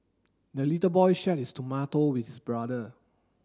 the little boy shared his tomato with his brother